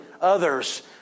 others